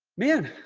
man,